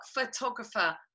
photographer